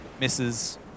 misses